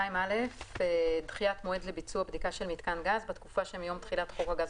2א. דחיית מועד לביצוע בדיקה של מיתקן גז בתקופה שמיום תחילת חוק הגז